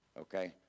okay